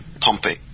pumping